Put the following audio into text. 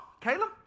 Caleb